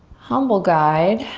humble guide.